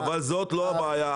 אבל זאת לא הבעיה,